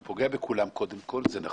הוא פוגע בכולם, קודם כל, זה נכון,